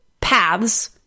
paths